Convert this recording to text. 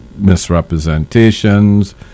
Misrepresentations